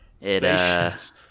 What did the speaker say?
Spacious